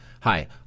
Hi